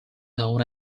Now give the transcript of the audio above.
known